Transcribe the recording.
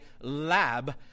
lab